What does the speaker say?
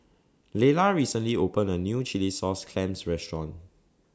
Leyla recently opened A New Chilli Sauce Clams Restaurant